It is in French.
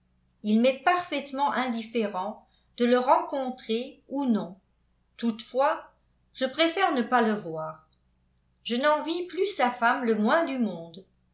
il m'est parfaitement indifférent de le rencontrer ou non toutefois je préfère ne pas le voir je n'envie plus sa femme le moins du monde